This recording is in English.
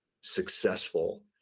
successful